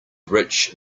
rich